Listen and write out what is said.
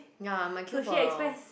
ya might queue for